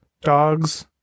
dogs